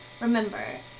Remember